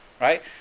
Right